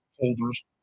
holders